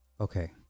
Okay